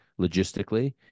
logistically